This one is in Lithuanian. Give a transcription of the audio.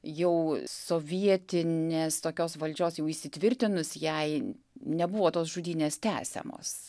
jau sovietinės tokios valdžios jau įsitvirtinus jai nebuvo tos žudynės tęsiamos